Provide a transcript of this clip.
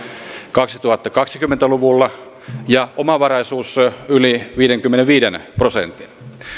kaksituhattakaksikymmentä luvulla ja omavaraisuus yli viidenkymmenenviiden prosentin